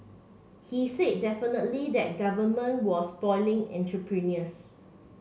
he said definitively that Government was spoiling entrepreneurs